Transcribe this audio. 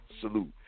Salute